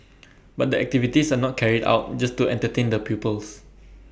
but the activities are not carried out just to entertain the pupils